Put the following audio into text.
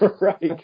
Right